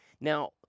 now